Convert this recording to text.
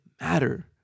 matter